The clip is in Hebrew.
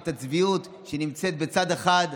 את הצביעות שנמצאת בצד אחד.